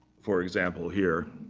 for example here,